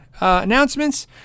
announcements